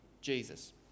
Jesus